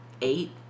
eight